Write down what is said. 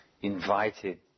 invited